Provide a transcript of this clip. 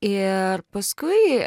ir paskui